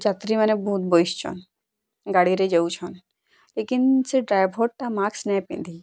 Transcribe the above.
ଯାତ୍ରୀମାନେ ବହୁତ୍ ବସିଛନ୍ ଗାଡ଼ିରେ ଯାଉଛନ୍ ଲେକିନ୍ ସେ ଡ୍ରାଇଭର୍ଟା ମାସ୍କ୍ ନାଇଁ ପିନ୍ଧି